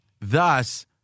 Thus